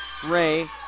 Ray